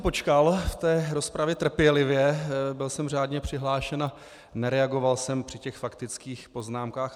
Počkal jsem si v té rozpravě trpělivě, byl jsem řádně přihlášen a nereagoval jsem při faktických poznámkách.